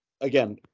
again